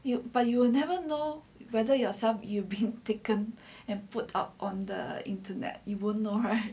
you but you will never know whether yourself you been taken and put out on the internet you won't know right